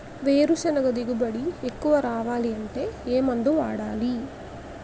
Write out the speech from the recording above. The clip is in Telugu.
వేరుసెనగ దిగుబడి ఎక్కువ రావాలి అంటే ఏ మందు వాడాలి?